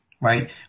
right